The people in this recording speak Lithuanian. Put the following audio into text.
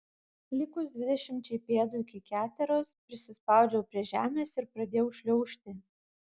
likus dvidešimčiai pėdų iki keteros prisispaudžiau prie žemės ir pradėjau šliaužti